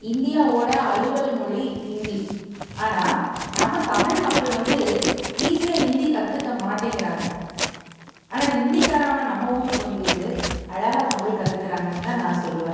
இந்தியாவோடய அலுவல் மொழி ஹிந்தி ஆனால் நம்ம தமிழ் மக்கள் வந்து ஈஸியா ஹிந்தி கற்றுக்கமாட்டேங்கிறாங்க ஆனால் ஹிந்திக்காரங்க நம்ம ஊருக்கு வந்துகுட்டு அழகாக தமிழ் கற்றுக்குறாங்கன்னு தான் நான் சொல்லுவேன்